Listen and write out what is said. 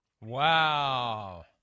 Wow